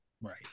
Right